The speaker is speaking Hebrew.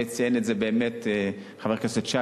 וציין את זה חבר הכנסת שי,